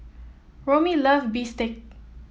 Romie loves bistake